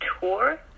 tour